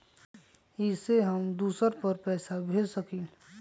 इ सेऐ हम दुसर पर पैसा भेज सकील?